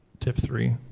tip three.